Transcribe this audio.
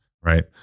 Right